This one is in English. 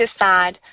decide